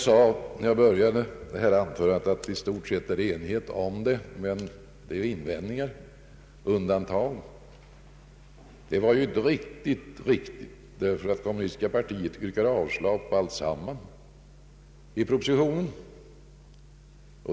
I början av mitt anförande nämnde jag att det i stort sett råder enighet i denna fråga, men det är inte helt riktigt, ty det förekommer invändningar och undantag. Vänsterpartiet kommunisterna yrkar t. ex avslag på hela innehållet i propositionen.